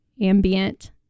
ambient